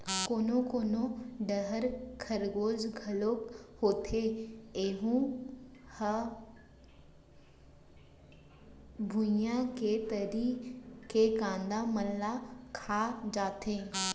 कोनो कोनो डहर खरगोस घलोक होथे ऐहूँ ह भुइंया के तरी के कांदा मन ल खा जाथे